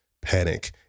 panic